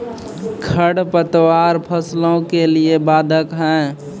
खडपतवार फसलों के लिए बाधक हैं?